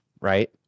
Right